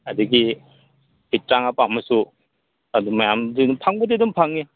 ꯑꯗꯒꯤ ꯐꯤꯠ ꯇꯔꯥꯃꯉꯥ ꯄꯥꯝꯃꯁꯨ ꯑꯗꯨ ꯃꯌꯥꯝꯁꯦꯗꯨꯝ ꯐꯪꯕꯨꯗꯤ ꯑꯗꯨꯝ ꯐꯪꯉꯤ